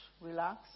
relax